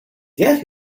get